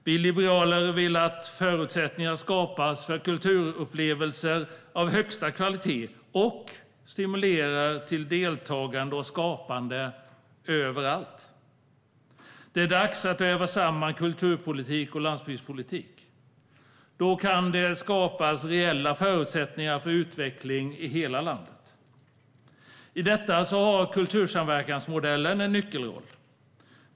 Vi liberaler vill att förutsättningar skapas för kulturupplevelser av högsta kvalitet och stimulera eget deltagande och skapande överallt. Det är dags att väva samman kulturpolitik med landsbygdspolitik. Då kan det skapas reella förutsättningar för utveckling i hela landet. I detta har kultursamverkansmodellen en nyckelroll.